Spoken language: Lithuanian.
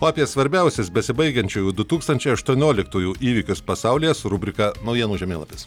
o apie svarbiausius besibaigiančiųjų du tūkstančiai aštuonioliktųjų įvykius pasaulyje su rubrika naujienų žemėlapis